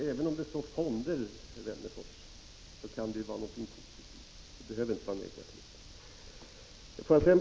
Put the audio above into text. Även om det kallas fonder kan det vara något positivt — det behöver inte vara negativt.